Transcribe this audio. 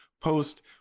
post